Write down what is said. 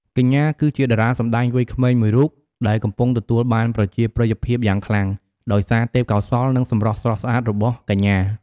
កញ្ញាគឺជាតារាសម្តែងវ័យក្មេងមួយរូបដែលកំពុងទទួលបានប្រជាប្រិយភាពយ៉ាងខ្លាំង ដោយសារទេពកោសល្យ និងសម្រស់ស្រស់ស្អាតរបស់កញ្ញា។